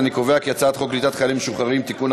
אנחנו עוברים עכשיו להצעת חוק קליטת חיילים משוחררים (תיקון,